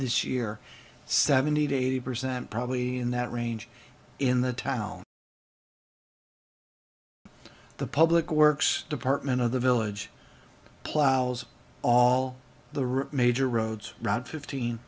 this year seventy to eighty percent probably in that range in the town the public works department of the village plows all the route major roads route fifteen